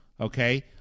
Okay